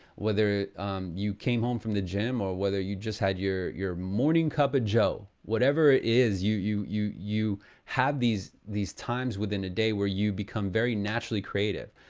whether you came home from the gym, or whether you just had your your morning cup of joe. whatever it is, you you you have these these times within a day where you become very naturally creative.